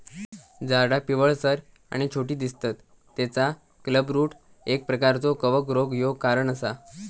झाडा पिवळसर आणि छोटी दिसतत तेचा क्लबरूट एक प्रकारचो कवक रोग ह्यो कारण असा